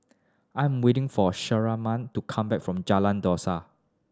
I am waiting for Shirleyann to come back from Jalan Dusan